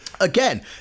Again